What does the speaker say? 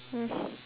mm